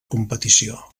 competició